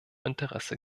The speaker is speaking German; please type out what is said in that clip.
interesse